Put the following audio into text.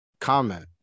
Comment